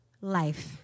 life